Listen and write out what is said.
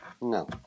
No